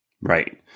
Right